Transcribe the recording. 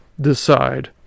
decide